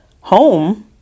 home